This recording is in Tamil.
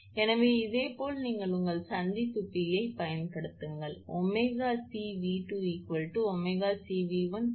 எனவே இதேபோல் நீங்கள் உங்கள் சந்திப்பு P ஐப் பயன்படுத்துங்கள் 𝜔𝐶𝑉2 𝜔𝐶𝑉1 𝜔 0